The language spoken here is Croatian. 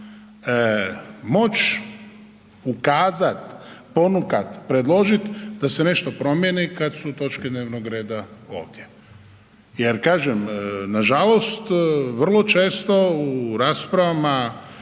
moć ukazati, ponukat, predložit da se nešto promijeni kada su točke dnevnog reda ovdje. Jer kažem nažalost vrlo često u raspravama